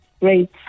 great